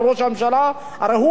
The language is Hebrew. הרי הוא אמר לנו הוא שר-על,